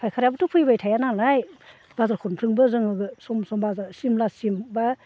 फाइखारियाबोथ' फैबाय थायानालाय बाजारखनफ्रोमबो जोङो सम सम बाजार सिमलासिम एबा